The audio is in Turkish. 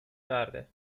verdi